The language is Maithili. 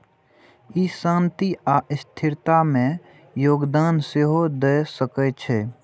ई शांति आ स्थिरता मे योगदान सेहो दए सकै छै